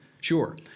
sure